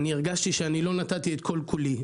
הרגשתי שלא נתתי את כל כולי'.